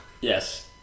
Yes